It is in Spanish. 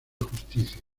justicia